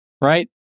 Right